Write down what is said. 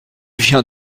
viens